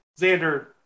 Xander